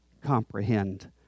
comprehend